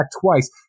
twice